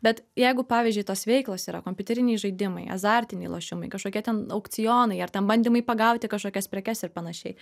bet jeigu pavyzdžiui tos veiklos yra kompiuteriniai žaidimai azartiniai lošimai kažkokie ten aukcionai ar ten bandymai pagauti kažkokias prekes ir panašiai